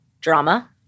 Drama